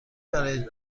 برای